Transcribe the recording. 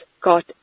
got